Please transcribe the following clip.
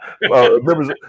members